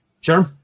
Sure